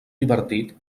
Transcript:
divertit